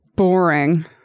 Boring